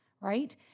right